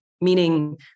meaning